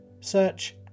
search